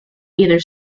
either